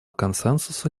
консенсуса